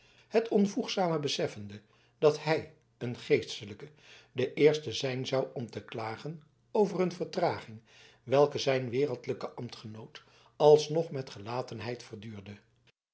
het onvoegzame beseffende dat hij een geestelijke de eerste zijn zou om te klagen over een vertraging welke zijn wereldlijke ambtgenoot alsnog met gelatenheid verduurde